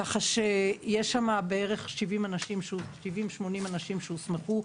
כך שיש שם בערך 70 80 אנשים שהוכשרו והוסמכו.